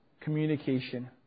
communication